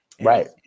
right